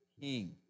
king